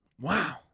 Wow